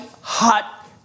hot